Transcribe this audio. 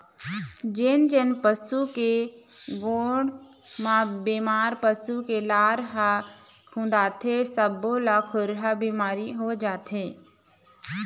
जेन जेन पशु के गोड़ म बेमार पसू के लार ह खुंदाथे सब्बो ल खुरहा बिमारी हो जाथे